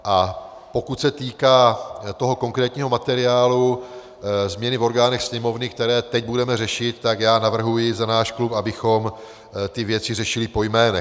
A pokud se týká toho konkrétního materiálu změny v orgánech Sněmovny, které teď budeme řešit, tak navrhuji za náš klub, abychom ty věci řešili po jménech.